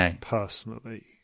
personally